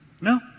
No